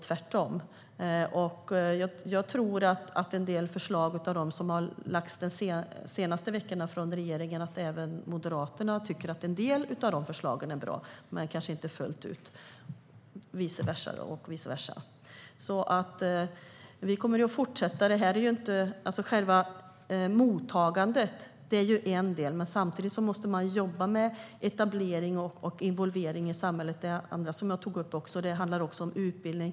En del av de förslag som de senaste veckorna har lagts fram av regeringen tror jag att även Moderaterna tycker är bra. Själva mottagandet är en del, men samtidigt måste man jobba med etablering och involvering i samhället. Det handlar också om utbildning.